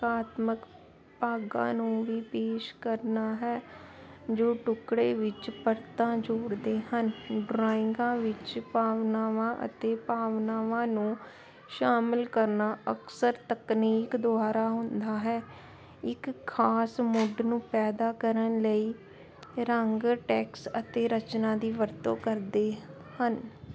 ਆਤਮਕ ਭਾਗਾਂ ਨੂੰ ਵੀ ਪੇਸ਼ ਕਰਨਾ ਹੈ ਜੋ ਟੁਕੜੇ ਵਿੱਚ ਪਰਤਾਂ ਜੋੜਦੇ ਹਨ ਡਰਾਇੰਗਾਂ ਵਿੱਚ ਭਾਵਨਾਵਾਂ ਅਤੇ ਭਾਵਨਾਵਾਂ ਨੂੰ ਸ਼ਾਮਲ ਕਰਨਾ ਅਕਸਰ ਤਕਨੀਕ ਦੁਆਰਾ ਹੁੰਦਾ ਹੈ ਇੱਕ ਖ਼ਾਸ ਮੁੱਢ ਨੂੰ ਪੈਦਾ ਕਰਨ ਲਈ ਰੰਗ ਟੈਕਸ ਅਤੇ ਰਚਨਾ ਦੀ ਵਰਤੋਂ ਕਰਦੇ ਹਨ